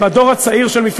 הייתי חיילת.